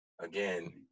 again